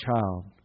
child